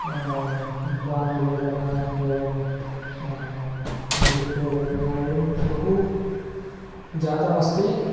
जानुवेदना एवम् अङ्गुष्टे वेदना एवं बहु जातमस्ति